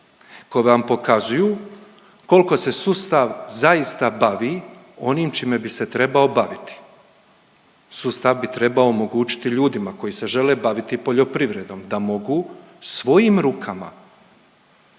koje vam pokazuju koliko se sustav zaista bavi onim čime bi se trebao baviti. Sustav bi treba omogućiti ljudima koji se žele baviti poljoprivredom da mogu svojim rukama